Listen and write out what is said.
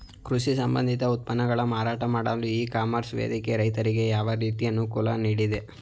ಕೃಷಿ ಸಂಬಂಧಿತ ಉತ್ಪನ್ನಗಳ ಮಾರಾಟ ಮಾಡಲು ಇ ಕಾಮರ್ಸ್ ವೇದಿಕೆ ರೈತರಿಗೆ ಯಾವ ರೀತಿ ಅನುಕೂಲ ನೀಡಿದೆ?